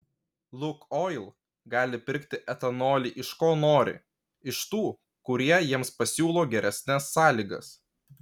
lukoil gali pirkti etanolį iš ko nori iš tų kurie jiems pasiūlo geresnes sąlygas